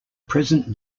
present